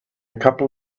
couple